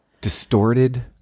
distorted